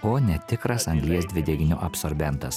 o netikras anglies dvideginio absorbentas